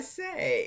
say